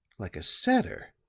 like a satyr.